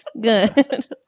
Good